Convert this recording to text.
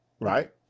right